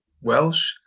Welsh